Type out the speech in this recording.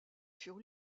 furent